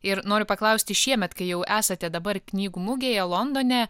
ir noriu paklausti šiemet kai jau esate dabar knygų mugėje londone